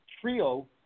trio